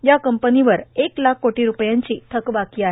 या कंपनीवर एक लाख कोटी रूपयांची थकबाकी आहे